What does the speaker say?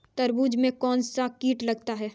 तरबूज में कौनसा कीट लगता है?